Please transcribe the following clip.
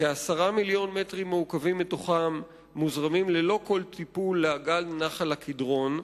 כ-10 מיליון מטרים מעוקבים מתוכם מוזרמים ללא כל טיפול לאגן נחל-קדרון,